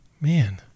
Man